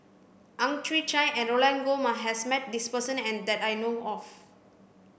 Ang Chwee Chai and Roland Goh has met this person that I know of